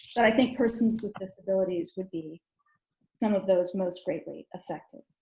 but i think persons with disabilities would be some of those most greatly affected,